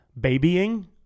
Babying